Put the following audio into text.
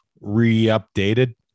re-updated